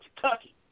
Kentucky